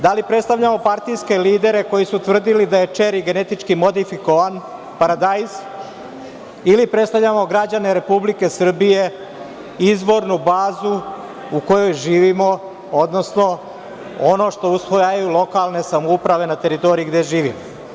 Da li predstavljamo partijske lidere koji su tvrdili da je čeri genetički modifikovan paradajz, ili predstavljamo građane Republike Srbije, izvornu bazu u kojoj živimo, odnosno ono što usvajaju lokalne samouprave na teritoriji gde živimo?